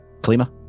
Kalima